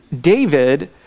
David